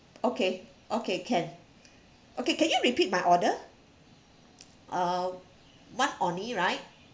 okay okay can okay can you repeat my order uh one orh nee right